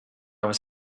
was